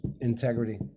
integrity